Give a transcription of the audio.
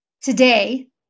Today